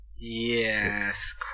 Yes